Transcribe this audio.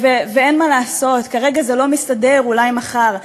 ואין מה לעשות, כרגע זה לא מסתדר, אולי מחר.